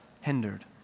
hindered